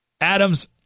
Adams